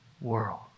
world